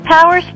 Power